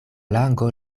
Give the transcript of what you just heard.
lango